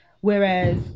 whereas